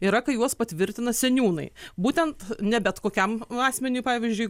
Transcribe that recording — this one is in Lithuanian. yra kai juos patvirtina seniūnai būtent ne bet kokiam asmeniui pavyzdžiui